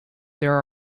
there